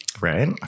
Right